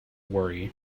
worry